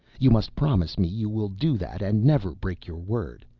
you must promise me you will do that and never break your word.